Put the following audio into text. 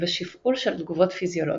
ובשפעול של תגובות פיזיולוגיות.